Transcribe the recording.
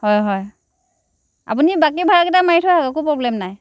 হয় হয় আপুনি বাকি ভাৰাকেইটা মাৰি থৈ আহক একো প্ৰব্লেম নাই